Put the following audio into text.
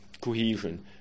cohesion